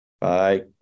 Bye